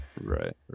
Right